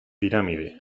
pirámide